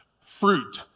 fruit